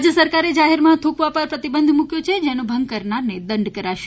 રાજય સરકારે જાહેરમાં થૂંકવા પર પ્રતિબંધ મુક્યો છે જેનો ભંગ કરનારને દંડ કરાશે